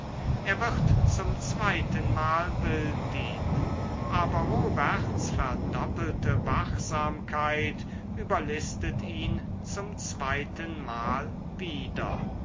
er wird zum zweitenmal wilddieb aber roberts verdoppelte wachsamkeit überlistet ihn zum zweitenmal wieder